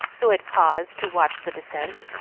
who had paused to watch the descent.